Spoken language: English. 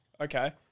Okay